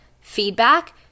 feedback